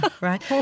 right